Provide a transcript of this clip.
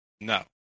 no